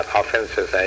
offenses